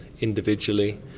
individually